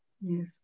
Yes